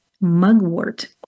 mugwort